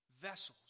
vessels